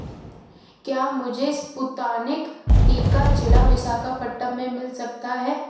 क्या मुझे स्पुतानिक टीका जिला विशाखापट्टनम में मिल सकता है